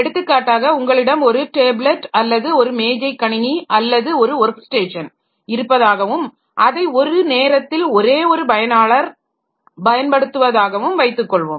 எடுத்துக்காட்டாக உங்களிடம் ஒரு டேப்லெட் அல்லது ஒரு மேஜை கணினி அல்லது ஒரு ஒர்க்ஸ்டேஷன் இருப்பதாகவும் அதை ஒரு நேரத்தில் ஒரே ஒரு பயனாளர் பயன்படுத்துவதாகவும் வைத்துக்கொள்வோம்